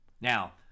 Now